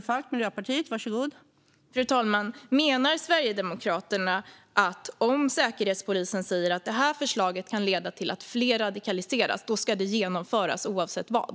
Fru talman! Menar Sverigedemokraterna att om Säkerhetspolisen säger att förslaget kan leda till att fler radikaliseras, då ska det genomföras oavsett vad?